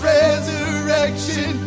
resurrection